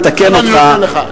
לתקן אותך,